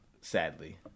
sadly